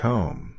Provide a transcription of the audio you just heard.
Home